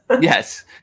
yes